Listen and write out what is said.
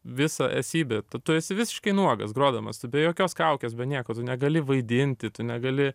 visą esybę tu tu esi visiškai nuogas grodamas tu be jokios kaukės be nieko tu negali vaidinti tu negali